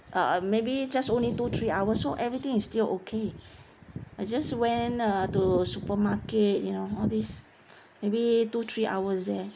uh maybe just only two three hours so everything is still okay I just went uh to supermarket you know all these maybe two three hours there